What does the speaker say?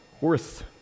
worth